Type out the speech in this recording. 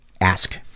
ask